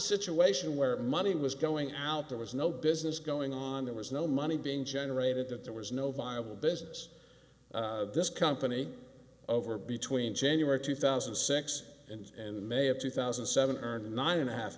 situation where money was going out there was no business going on there was no money being generated that there was no viable business this company over between january two thousand and six and may of two thousand and seven earned nine and a half